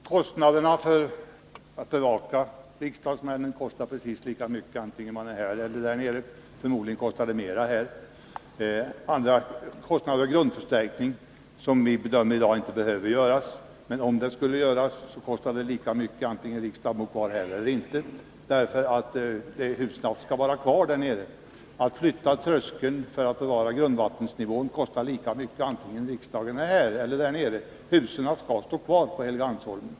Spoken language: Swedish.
Herr talman! Kostnaderna för att bevaka riksdagsmännen är precis lika stora, oavsett om riksdagen är kvar här eller flyttar — förmodligen kostar bevakningen mera här. Vi bedömer det inte så att grundförstärkning behöver göras, men om en sådan skulle göras, så kostar det lika mycket oavsett om riksdagen är kvar här eller inte — byggnaderna på Helgeandsholmen skall ju ändå vara kvar. Att flytta tröskeln för att bevara grundvattennivån kostar också lika mycket oavsett om riksdagen flyttar eller inte — byggnaderna skall som sagt stå kvar.